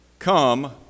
Come